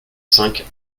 cinq